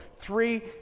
three